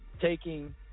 taking